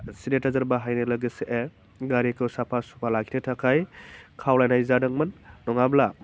sanitizer बाहायनो लोगोसे गारिखौ साफा सुपा लाखिनो थाखा खावलायनाय जादोंमोन नङाब्ला